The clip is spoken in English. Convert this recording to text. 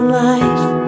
life